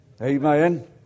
Amen